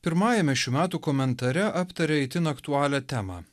pirmajame šių metų komentare aptaria itin aktualią temą